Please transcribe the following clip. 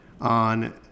on